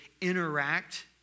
interact